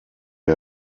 der